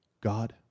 god